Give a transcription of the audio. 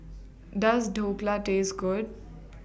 Does Dhokla Taste Good